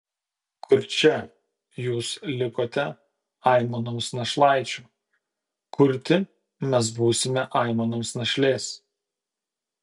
kurčia jūs likote aimanoms našlaičių kurti mes būsime aimanoms našlės